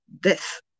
death